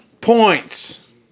points